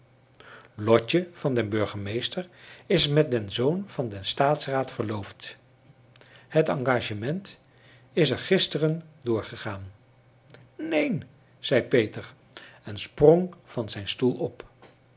lotje van den burgemeester is met den zoon van den staatsraad verloofd het engagement is er gisteren doorgegaan neen zei peter en sprong van zijn stoel op